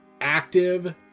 active